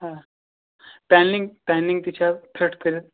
آ paneling paneling تہِ چھِ فِٹ کٔرِتھ